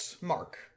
mark